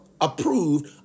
approved